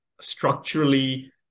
structurally